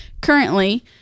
currently